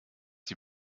die